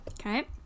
Okay